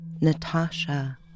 Natasha